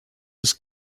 his